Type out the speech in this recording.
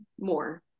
more